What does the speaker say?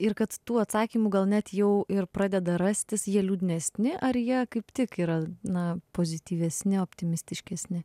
ir kad tų atsakymų gal net jau ir pradeda rastis jie liūdnesni ar jie kaip tik yra na pozityvesni optimistiškesni